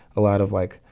a lot of, like,